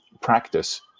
practice